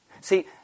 See